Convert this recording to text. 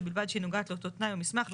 ובלבד שהיא נוגעת לאותו תנאי או מסמך,